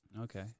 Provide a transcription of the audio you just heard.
Okay